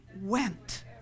went